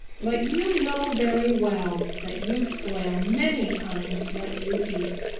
but you know very well that you spoil many times what you eat.